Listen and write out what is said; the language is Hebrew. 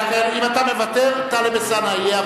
לא אכפת לי לוותר, אם אתה מוותר, טלב אלסאנע יהיה.